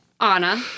Anna